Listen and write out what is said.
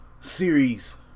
series